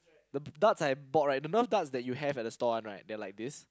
the darts I bought right the Nerf darts that you have at the store one right they are like this